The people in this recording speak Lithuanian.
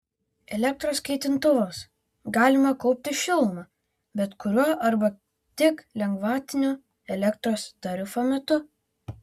elektros kaitintuvais galima kaupti šilumą bet kuriuo arba tik lengvatinio elektros tarifo metu